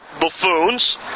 buffoons